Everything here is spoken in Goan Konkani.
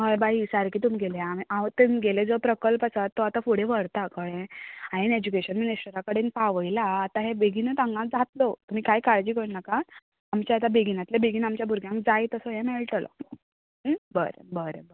हय बाई सारकें तुमगेलें हांव तुमगेलो जो प्रकल्प आसा तो आतां फुडें व्हरता कळ्ळे हांवें एजुकेशन मिनिस्टरा कडेन पावयलां आतां हें बेगीनूत हांगा जातलो तुमी काय काळजी करनाका आमच्या आतां बेगीनातल्या बेगीन आमच्या भुरग्यांक जाय तसो ये मेळटलो बरें बरें